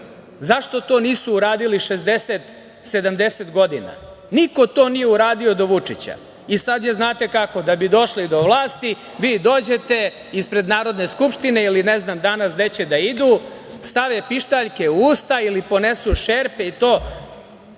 Zašto to nisu uradili 60, 70 godina? Niko to nije uradio do Vučića. Sada da bi došli do vlasti vi dođete ispred Narodne skupštine ili ne znam danas gde će da idu, stave pištaljke u usta ili ponesu šerpe i to…